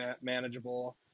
manageable